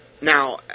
now